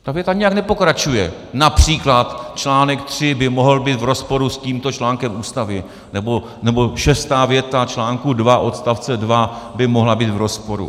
Ta věta nijak nepokračuje, např. článek 3 by mohl být v rozporu s tímto článkem Ústavy, nebo šestá věta článku 2 odst. 2 by mohla být v rozporu.